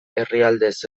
herrialdez